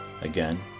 Again